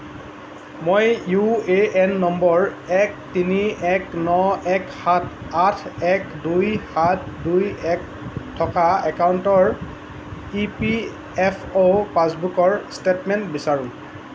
মই U A N number এক তিনি এক ন এক সাত আঠ এক দুই সাত দুই এক থকা একাউণ্টৰ ই পি এফ অ' পাছবুকৰ ষ্টেটমেণ্ট বিচাৰোঁ